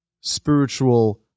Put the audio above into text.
spiritual